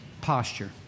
posture